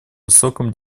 высоком